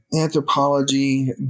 anthropology